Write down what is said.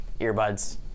earbuds